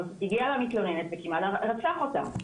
הגיע למתלוננת וכמעט רצח אותה.